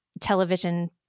television